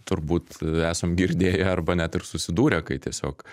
turbūt esam girdėję arba net ir susidūrę kai tiesiog